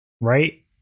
right